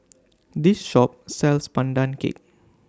This Shop sells Pandan Cake